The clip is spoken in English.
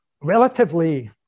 relatively